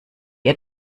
ihr